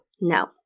No